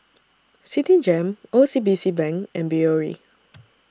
Citigem O C B C Bank and Biore